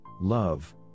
love